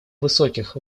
высоких